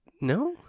No